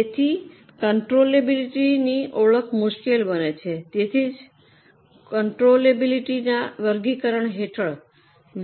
તેથી કંટ્રોલએબિલિટીની ઓળખ મુશ્કેલ બને છે તેથી જ કંટ્રોલએબિલિટીના વર્ગીકરણ હેઠળ